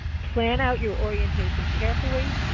plan out your orientation carefully.